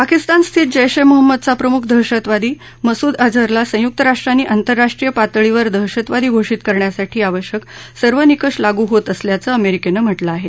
पाकिस्तान स्थित जैश ए महम्मदचा प्रमुख दहशतवादी मसूद अजहरला संयुक्त राष्ट्रांनी आंतरराष्ट्रीय पातळीवर दहशतवादी घोषित करण्यासाठी आवश्यक सर्व निकष लागू होत असल्याचं अमेरिकेनं म्हटलं आहे